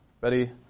Ready